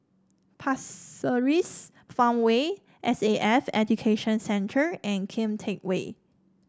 Pasir Ris Farmway S A F Education Centre and Kian Teck Way